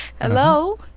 hello